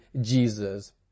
Jesus